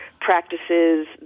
practices